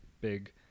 big